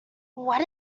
what